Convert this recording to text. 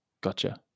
Gotcha